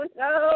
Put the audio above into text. no